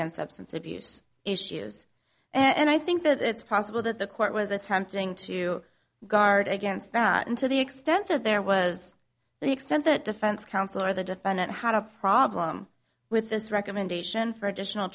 and substance abuse issues and i think that it's possible that the court was attempting to guard against that and to the extent that there was the extent that defense counsel or the defendant had a problem with this recommendation for additional